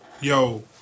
yo